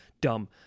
dumb